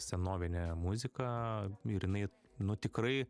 senovinė muzika ir jinai nu tikrai